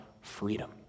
freedom